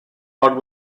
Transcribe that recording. but